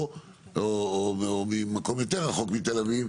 או ממקום יותר רחוק מתל אביב,